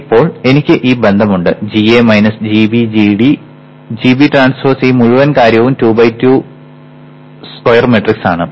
ഇപ്പോൾ എനിക്ക് ഈ ബന്ധമുണ്ട് gA - gBgD gB ട്രാൻസ്പോസ് ഈ മുഴുവൻ കാര്യവും 2 ബൈ 2 സ്ക്വയർ മാട്രിക്സ് ആണ്